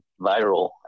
viral